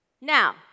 Now